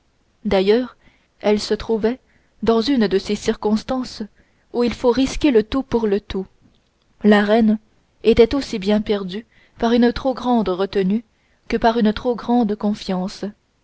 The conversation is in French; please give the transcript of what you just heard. d'ailleurs elle se trouvait dans une de ces circonstances où il faut risquer le tout pour le tout la reine était aussi bien perdue par une trop grande retenue que par une trop grande confiance